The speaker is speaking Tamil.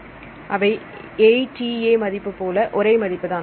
அவை ATA மதிப்பு போல ஒரே மதிப்பு தான்